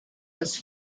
was